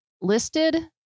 listed